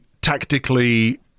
tactically